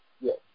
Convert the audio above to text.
Yes